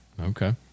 okay